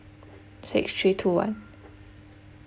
six three two one